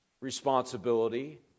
responsibility